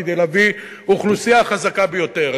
כדי להביא אוכלוסייה חזקה ביותר.